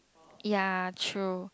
ya true